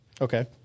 Okay